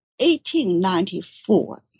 1894